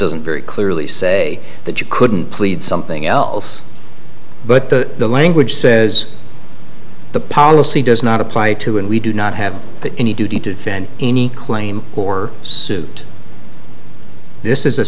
doesn't very clearly say that you couldn't plead something else but the language says the policy does not apply to and we do not have any duty to defend any claim or suit this is a